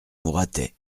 mouratet